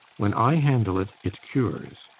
when i handle it, it cures.